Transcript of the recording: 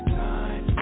time